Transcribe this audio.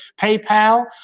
PayPal